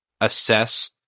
assess